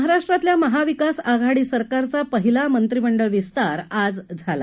महाराष्ट्रातल्या महाविकास आघाडी सरकारचा पहिला मंत्रिमंडळ विस्तार आज झाला